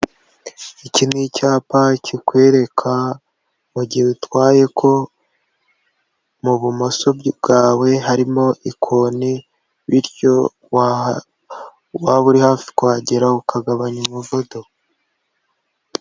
Iki ni icyapa kikwereka mu gihe utwaye ko mu bumoso bwawe harimo ikoni bityo waba uri hafi kuhagera ukagabanya umuvuduko.